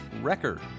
record